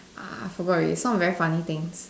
ah I forgot already some very funny things